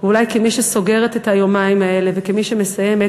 אולי כמי שסוגרת את היומיים האלה, וכמי שמסיימת,